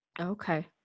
Okay